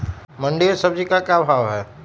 मंडी में सब्जी का क्या भाव हैँ?